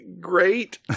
great